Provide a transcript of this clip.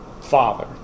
Father